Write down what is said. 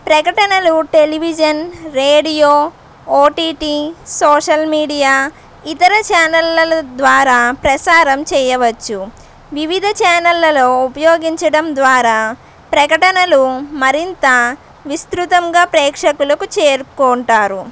ప్రకటనలు television radio OTT social media ఇతర ఛానల్ల ద్వారా ప్రసారం చేయవచ్చు వివిధ ఛానల్లలో ఉపయోగించడం ద్వారా ప్రకటనలు మరింత విస్తృతంగా ప్రేక్షకులకు చేరుకుంటారు